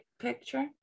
picture